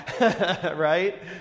right